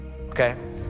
okay